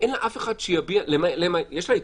יש לה ייצוג,